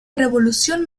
revolución